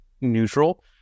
neutral